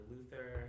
Luther